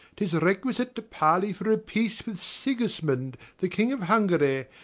tis requisite to parle for a peace with sigismund, the king of hungary,